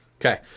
Okay